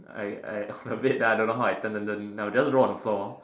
I I I on the bed then I don't know how I turn no that one is roll on the floor